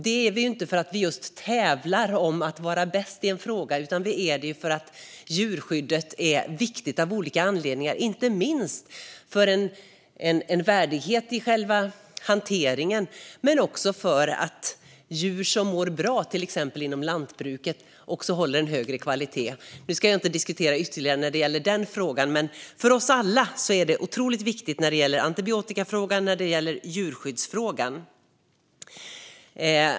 Det är vi inte för att vi just tävlar om att vara bäst i en fråga, utan det är vi för att djurskyddet är viktigt av olika anledningar, inte minst för en värdighet i själva hanteringen och för att djur som mår bra till exempel inom lantbruket också håller en högre kvalitet. Nu ska jag inte diskutera den frågan ytterligare, men för oss alla är det otroligt viktigt med antibiotikafrågan och djurskyddsfrågan.